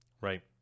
Right